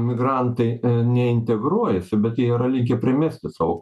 migrantai ne integruojasi bet jie yra linkę primesti savo